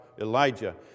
Elijah